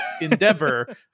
endeavor